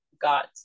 got